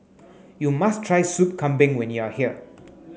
you must try soup Kambing when you are here